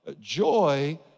Joy